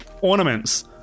Ornaments